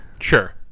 Sure